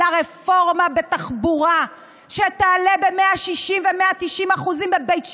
לרפורמה בתחבורה שתעלה ב-160% ו-190% בבית שאן,